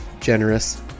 generous